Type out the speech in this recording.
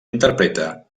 interpreta